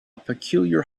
peculiar